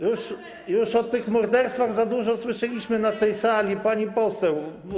Już o tych morderstwach za dużo słyszeliśmy na tej sali, pani poseł.